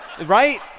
Right